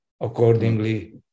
accordingly